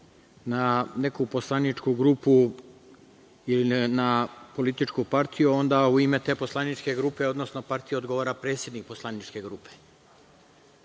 na neku poslaničku grupu ili na političku partiju, onda u ime te poslaničke grupe, odnosno partije odgovara predsednik poslaničke grupe. Vi